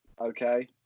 okay